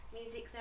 music